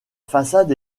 façade